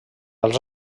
els